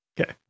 Okay